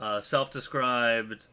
self-described